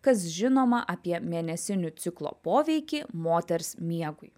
kas žinoma apie mėnesinių ciklo poveikį moters miegui